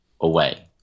away